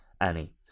Annie